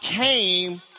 came